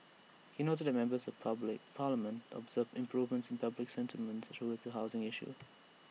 he noted that members of public parliament observed improvements in public sentiments towards the housing issues